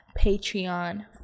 patreon